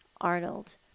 arnold